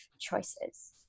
choices